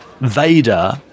vader